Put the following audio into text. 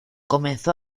comenzó